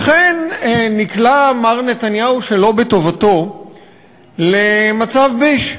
אכן, מר נתניהו נקלע שלא בטובתו למצב ביש: